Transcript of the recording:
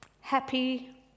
happy